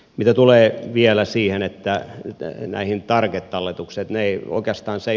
mitä tulee vielä näihin target talletuksiin